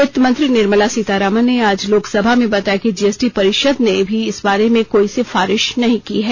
वित्त मंत्री निर्मला सीतारामन ने आज लोकसभा में बताया कि जीएसटी परिषद ने भी इस बारे में कोई सिफारिश नहीं की है